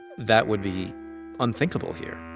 that would be unthinkable here.